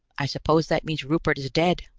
i suppose that means rupert is dead.